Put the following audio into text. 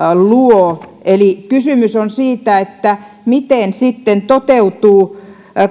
luo eli kysymys on siitä miten sitten toteutuu